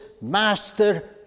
master